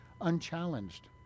unchallenged